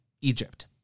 Egypt